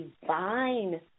divine